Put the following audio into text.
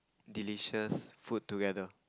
delicious food together